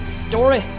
story